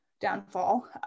downfall